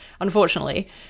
Unfortunately